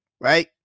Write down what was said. right